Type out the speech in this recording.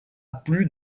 plus